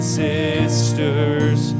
sisters